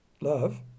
Love